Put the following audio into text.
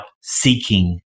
seeking